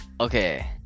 Okay